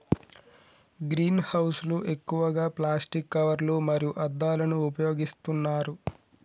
green house లు ఎక్కువగా plastic కవర్లు మరియు అద్దాలను ఉపయోగిస్తున్నారు